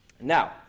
Now